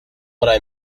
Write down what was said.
what